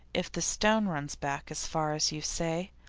if the stone runs back as far as you say.